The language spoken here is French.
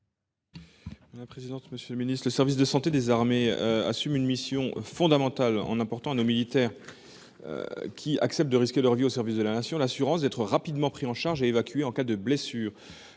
19. La présidence. Monsieur le Ministre, le service de santé des armées assument une mission fondamentale en important à nos militaires. Qui acceptent de risquer leur vie au service de la nation, l'assurance d'être rapidement pris en charge et évacuer en cas de blessure.